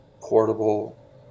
portable